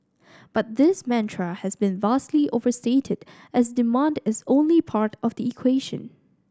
but this mantra has been vastly overstated as demand as only part of the equation